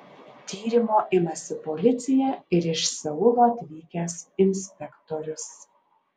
tyrimo imasi policija ir iš seulo atvykęs inspektorius